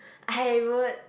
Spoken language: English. I would